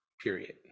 period